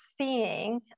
seeing